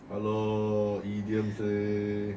hello idioms eh